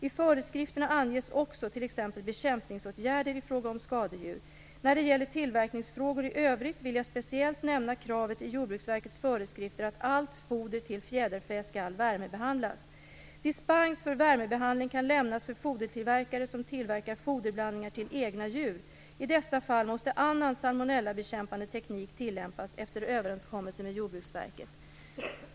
I föreskrifterna anges också t.ex. bekämpningsåtgärder i fråga om skadedjur. När det gäller tillverkningsfrågor i övrigt vill jag speciellt nämna kravet i Jordbruksverkets föreskrifter att allt foder till fjäderfä skall värmebehandlas. Dispens från värmebehandling kan lämnas för fodertillverkare som tillverkar foderblandningar till egna djur. I dessa fall måste annan salmonellabekämpande teknik tillämpas efter överenskommelse med Jordbruksverket.